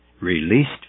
released